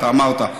אתה אמרת.